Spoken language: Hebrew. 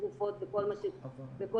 תרופות וכל מה שצריך,